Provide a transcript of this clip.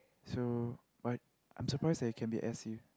so what I'm surprised that it can be S_U